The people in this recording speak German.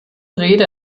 rede